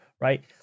right